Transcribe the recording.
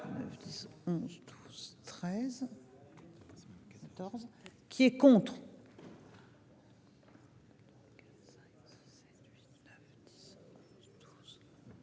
qui est contre.